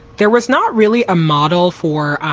there was not really a model for